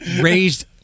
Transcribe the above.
raised